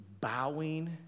bowing